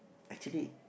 actually